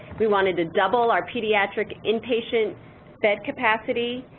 we wanted to double our pediatric inpatient bed capacity,